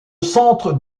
centre